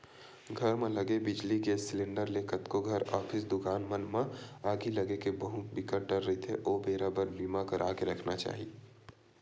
घर म लगे बिजली, गेस सिलेंडर ले कतको घर, ऑफिस, दुकान मन म आगी लगे के बिकट डर रहिथे ओ बेरा बर बीमा करा के रखना चाही